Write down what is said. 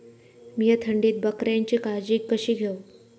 मीया थंडीत बकऱ्यांची काळजी कशी घेव?